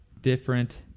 Different